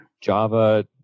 Java